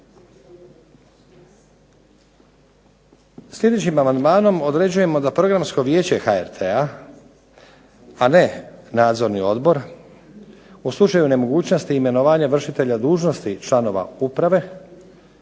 Sljedećim amandmanom određujemo da programsko vijeće HRT-a a ne nadzorni odbor u slučaju nemogućnosti imenovanja vršitelja dužnosti članova uprave